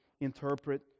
interpret